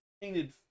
painted